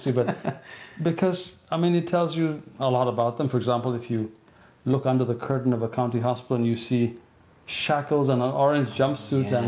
but because i mean it tells you a lot about them. for example, if you look under the curtain of a county hospital and you see shackles and an orange jumpsuit,